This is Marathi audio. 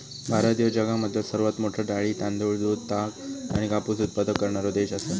भारत ह्यो जगामधलो सर्वात मोठा डाळी, तांदूळ, दूध, ताग आणि कापूस उत्पादक करणारो देश आसा